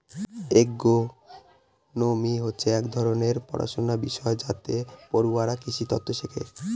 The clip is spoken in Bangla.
এগ্রোনোমি হচ্ছে এক ধরনের পড়াশনার বিষয় যাতে পড়ুয়ারা কৃষিতত্ত্ব শেখে